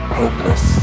hopeless